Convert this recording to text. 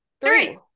three